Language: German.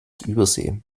übersee